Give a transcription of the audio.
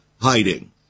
Hiding